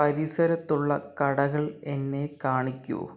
പരിസരത്തുള്ള കടകൾ എന്നെ കാണിക്കൂ